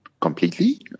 completely